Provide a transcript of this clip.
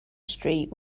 street